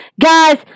Guys